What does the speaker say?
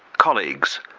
colleagues,